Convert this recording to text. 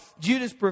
Judas